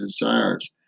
desires